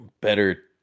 better